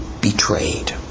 betrayed